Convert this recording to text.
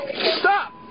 Stop